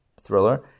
thriller